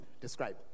describe